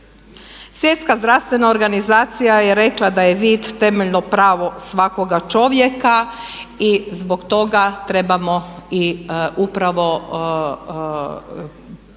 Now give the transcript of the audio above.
Svjetska zdravstvena organizacija je rekla da je vid temeljno pravo svakoga čovjeka i zbog toga trebamo i upravo